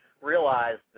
realized